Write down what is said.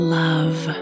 love